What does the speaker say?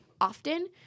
often